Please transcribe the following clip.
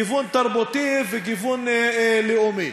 גיוון תרבותי וגיוון לאומי.